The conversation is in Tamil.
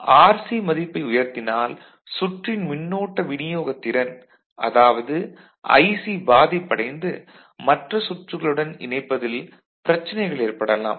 ஆனால் RC மதிப்பை உயர்த்தினால் சுற்றின் மின்னோட்ட விநியோக திறன் அதாவது Ic பாதிப்படைந்து மற்ற சுற்றுகளுடன் இணைப்பதில் பிரச்சனைகள் ஏற்படலாம்